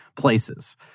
places